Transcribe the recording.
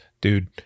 Dude